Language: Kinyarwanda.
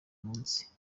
munsi